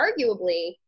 arguably